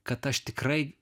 kad aš tikrai